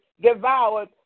devoured